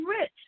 rich